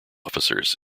officers